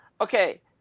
okay